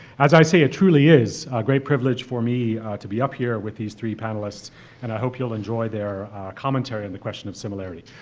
as i say, it truly is a great privilege for me to be up here with these three panelists and i hope you'll enjoy their commentary on the question of similarity.